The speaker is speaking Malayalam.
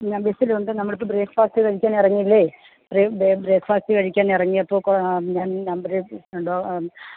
ഞാൻ ബസ്സിലുണ്ട് നമ്മളിപ്പോ ബ്രേക്ക്ഫാസ്റ്റ് കഴിക്കാൻ ഇറങ്ങിയില്ലേ ബ്രേക്ക്ഫാസ്റ്റ് കഴിക്കാനിറങ്ങിയപ്പോള് ഞാൻ ഈ നമ്പറിൽ വിളിച്ചിട്ടുണ്ടോ